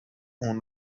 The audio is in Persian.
اون